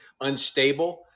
unstable